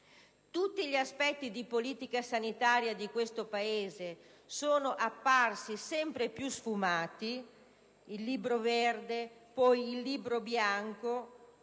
Tutti gli aspetti di politica sanitaria di questo Paese sono apparsi sempre più sfumati: il Libro verde o il Libro bianco